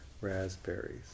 raspberries